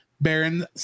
Baron